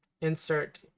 insert